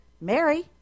Mary